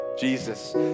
Jesus